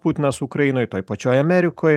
putinas ukrainoj toj pačioj amerikoj